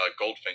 Goldfinger